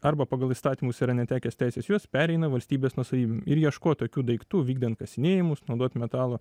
arba pagal įstatymus yra netekęs teisės jos pereina valstybės nuosavybėn ir ieškot tokių daiktų vykdant kasinėjimus naudot metalo